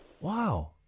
Wow